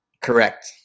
Correct